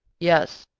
yes,